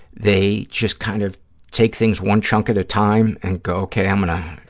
they just kind of take things one chunk at a time and go, okay, um and